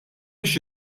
biex